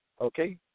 okay